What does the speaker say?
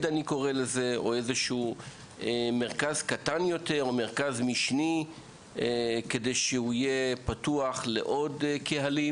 או מרכז קטן יותר או מרכז משני שיהיה פתוח לעוד קהלים